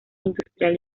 industrial